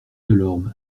delorme